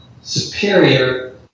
superior